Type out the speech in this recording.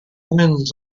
winds